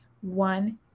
one